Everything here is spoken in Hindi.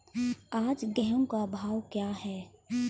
आज गेहूँ का भाव क्या है?